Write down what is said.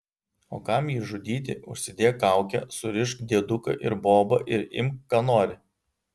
o kam jį žudyti užsidėk kaukę surišk dieduką ir bobą ir imk ką nori